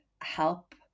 help